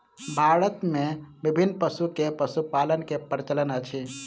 भारत मे विभिन्न पशु के पशुपालन के प्रचलन अछि